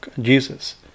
Jesus